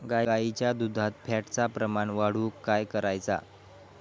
गाईच्या दुधात फॅटचा प्रमाण वाढवुक काय करायचा?